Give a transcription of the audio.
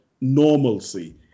normalcy